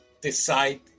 decide